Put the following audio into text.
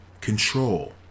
control